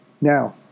Now